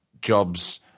jobs